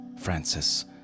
Francis